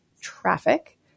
traffic